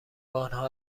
آنها